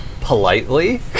politely